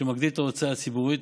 שמגדיל את ההוצאה הציבורית,